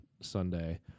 Sunday